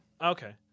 Okay